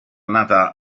nata